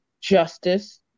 justice